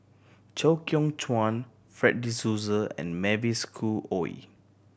Chew Kheng Chuan Fred De Souza and Mavis Khoo Oei